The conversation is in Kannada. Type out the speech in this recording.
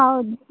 ಹೌದು